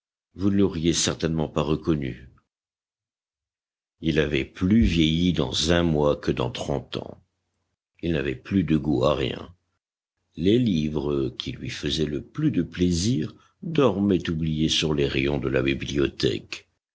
vous ne l'auriez certainement pas reconnu il avait plus vieilli dans un mois que dans trente ans il n'avait plus de goût à rien les livres qui lui faisaient le plus de plaisir dormaient oubliés sur les rayons de la bibliothèque